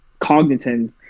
Cogniton